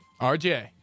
RJ